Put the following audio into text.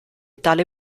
tale